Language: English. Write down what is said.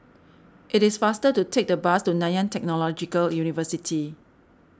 it is faster to take the bus to Nanyang Technological University